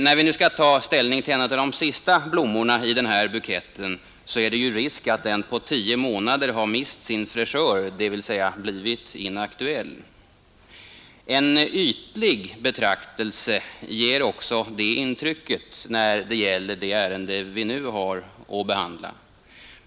När vi nu skall ta ställning till en av de sista blommorna i buketten är det risk för att den på tio månader har mist sin fräschör, dvs. blivit inaktuell. En ytlig betraktelse ger också det intrycket när det gäller det ärende som vi nu har att behandla.